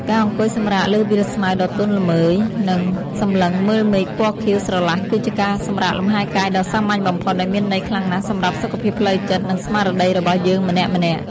ការអង្គុយសម្រាកលើវាលស្មៅដ៏ទន់ល្មើយ និង សម្លឹងមើលមេឃពណ៌ខៀវស្រឡះគឺជាការសម្រាកលំហែកាយដ៏សាមញ្ញបំផុតតែមានន័យខ្លាំងណាស់សម្រាប់សុខភាពផ្លូវចិត្ត និង ស្មារតីរបស់យើងម្នាក់ៗ។